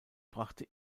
brachte